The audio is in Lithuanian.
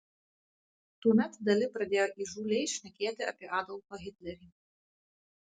tuomet dali pradėjo įžūliai šnekėti apie adolfą hitlerį